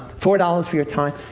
four dollars for your time.